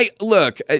look